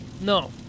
No